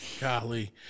Golly